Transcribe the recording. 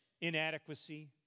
inadequacy